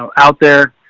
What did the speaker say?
um out there,